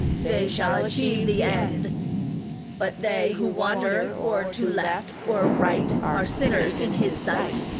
they shall achieve the end but they who wander or to left or right are sinners in his sight.